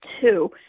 two